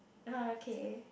(uh huh) okay